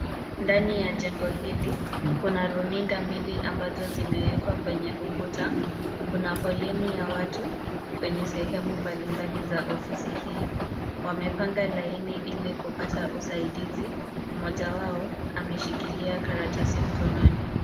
Ndani ya jengo hili kuna runinga mbili ambazo zimeekwa kwenye ukuta. Kuna foleni ya watu kwenye sehemu mbalimbali za ofisi hii. Wamepanga laini ili kupata usaidizi, moja wao ameshikilia karatasi mkononi.